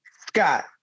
Scott